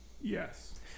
yes